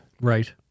Right